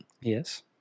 Yes